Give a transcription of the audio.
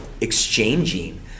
exchanging